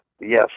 Yes